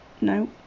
no